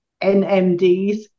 NMDs